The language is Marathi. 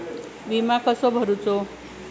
विमा कसो भरूचो?